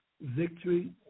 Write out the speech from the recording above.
victory